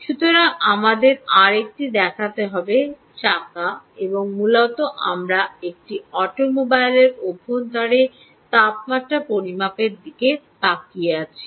সুতরাং আমাদের আরেকটি দেখাতে হবে চাকা এবং মূলত আমরা একটি অটোমোবাইলের অভ্যন্তরে তাপমাত্রা পরিমাপের দিকে তাকিয়ে আছি